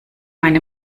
meine